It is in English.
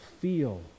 feel